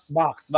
box